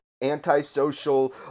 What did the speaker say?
anti-social